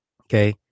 okay